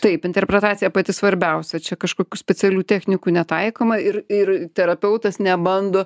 taip interpretacija pati svarbiausia čia kažkokių specialių technikų netaikoma ir ir terapeutas nebando